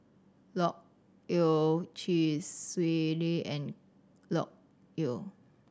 Loke Yew Chee Swee Lee and Loke Yew